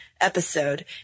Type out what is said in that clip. Episode